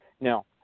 Now